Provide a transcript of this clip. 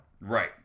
Right